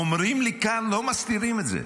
אומרים לי כאן, לא מסתירים את זה,